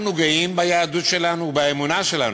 אנחנו גאים ביהדות שלנו ובאמונה שלנו,